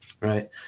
Right